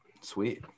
Sweet